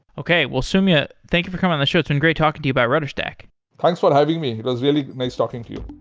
okay. well, soumya, thank you for coming on the show. it's been great talking to you about rudderstack thanks for having me. it was really nice talking to you.